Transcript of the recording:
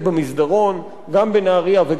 גם בנהרייה וגם במקומות אחרים.